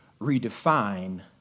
redefine